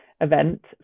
event